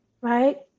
right